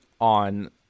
on